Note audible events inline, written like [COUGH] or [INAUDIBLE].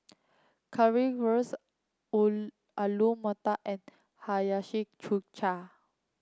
Currywurst [UNINTELLIGIBLE] Alu Matar and Hiyashi Chuka